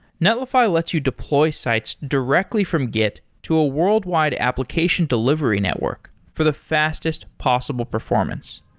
netlify lets you deploy sites directly from git to a worldwide application delivery network for the fastest possible performance.